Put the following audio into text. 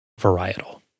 varietal